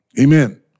Amen